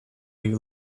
you